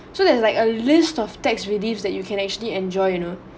so there's like a list of tax relief that you can actually enjoy you know